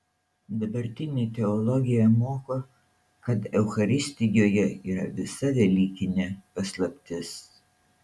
dabartinė teologija moko kad eucharistijoje yra visa velykinė paslaptis